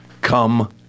come